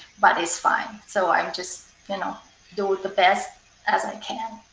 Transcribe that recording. but it's fine. so i'm just, you know, do the best as i can.